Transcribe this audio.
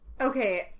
Okay